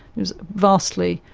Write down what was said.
it was vastly,